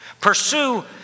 Pursue